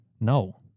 No